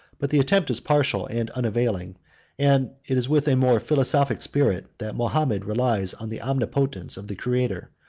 but the attempt is partial and unavailing and it is with a more philosophic spirit that mahomet relies on the omnipotence of the creator,